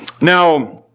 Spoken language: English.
Now